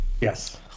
Yes